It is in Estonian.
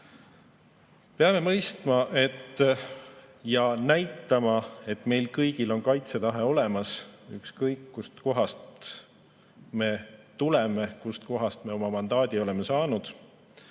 peame mõistma ja näitama, et meil kõigil on kaitsetahe olemas, ükskõik kust kohast me tuleme, kust kohast me oma mandaadi oleme saanud,